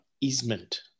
easement